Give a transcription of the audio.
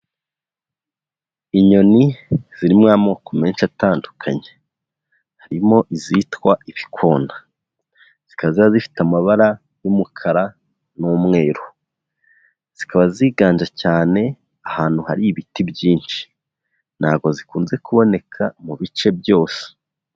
Inyoni zirimo amoko menshi atandukanye, harimo izitwa ibikona, zikaba ziba zifite amabara y'umukara n'umweru, zikaba ziganje cyane ahantu hari ibiti byinshi, ntabwo zikunze kuboneka mu bice byose.